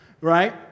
Right